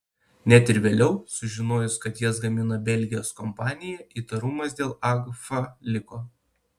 net ir vėliau sužinojus kad jas gamina belgijos kompanija įtarumas dėl agfa liko